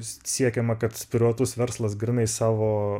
siekiama kad spyriotųs verslas grynai savo